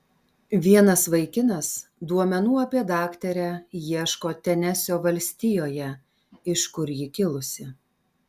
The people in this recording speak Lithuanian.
vienas vaikinas duomenų apie daktarę ieško tenesio valstijoje iš kur ji kilusi